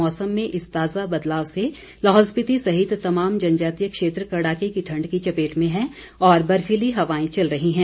मौसम में इस ताजा बदलाव से लाहौल स्पिति सहित तमाम जनजातीय क्षेत्र कड़ाके की ठंड की चपेट में हैं और बर्फीली हवाएं चल रही हैं